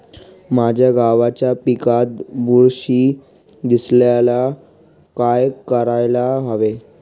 माझ्या गव्हाच्या पिकात बुरशी दिसल्यास काय करायला हवे?